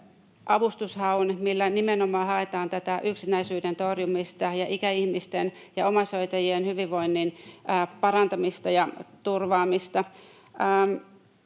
avustushaun, millä nimenomaan haetaan tätä yksinäisyyden torjumista ja ikäihmisten ja omaishoitajien hyvinvoinnin parantamista ja turvaamista.